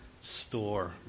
store